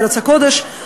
בארץ הקודש.